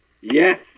Yes